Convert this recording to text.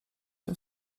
się